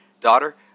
daughter